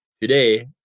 Today